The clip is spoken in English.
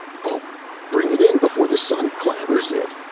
well bring it in before the sun clabbers it.